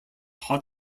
hot